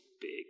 big